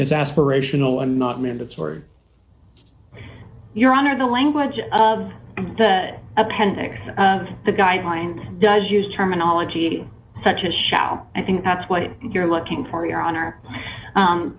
it's aspirational and not mandatory your honor the language of the appendix of the guidelines does use terminology such as shall i think that's what you're looking for your honor